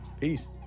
Peace